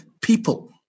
people